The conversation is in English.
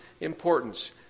importance